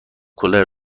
کولر